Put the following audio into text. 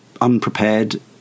unprepared